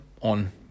on